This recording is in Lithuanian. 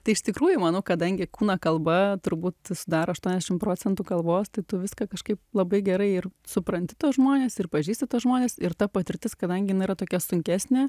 tai iš tikrųjų manau kadangi kūno kalba turbūt sudaro aštuoniasdešimt procentų kalbos tai tu viską kažkaip labai gerai ir supranti tuos žmones ir pažįsti tuos žmones ir ta patirtis kadangi jinai na yra tokia sunkesnė